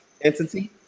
entity